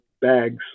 bags